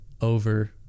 over